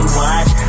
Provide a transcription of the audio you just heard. watch